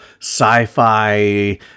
sci-fi